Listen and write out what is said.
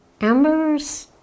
Amber's